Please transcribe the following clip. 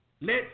Let